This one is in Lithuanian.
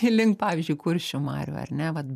link pavyzdžiui kuršių marių ar ne va